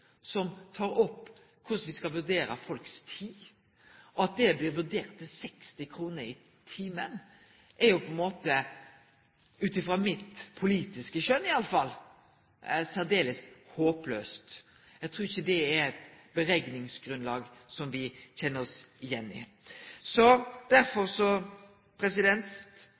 det blir vurdert til 60 kr i timen, er, ut frå mitt politiske skjønn i alle fall, særdeles håplaust. Eg trur ikkje det er eit berekningsgrunnlag som me kjenner oss igjen i. Derfor